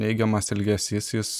neigiamas elgesys jis